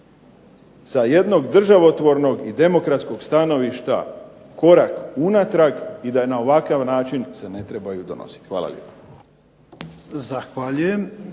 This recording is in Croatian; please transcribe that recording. sa jednog državotvornog i demokratskog stanovišta korak unatrag i da na ovakav način se ne trebaju donositi. Hvala lijepo.